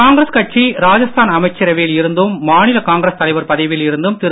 காங்கிரஸ் கட்சி ராஜஸ்தான் அமைச்சரவையில் இருந்தும் மாநில காங்கிரஸ் தலைவர் பதவியில் இருந்தும் திரு